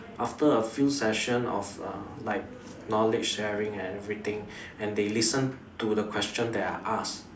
after a few sessions of uh like knowledge sharing and everything and they listen to the question that I ask